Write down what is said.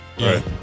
right